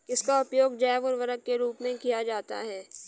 किसका उपयोग जैव उर्वरक के रूप में किया जाता है?